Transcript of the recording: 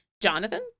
Jonathan